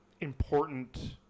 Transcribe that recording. important